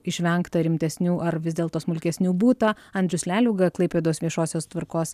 išvengta rimtesnių ar vis dėlto smulkesnių būta andrius leliuga klaipėdos viešosios tvarkos